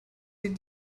sie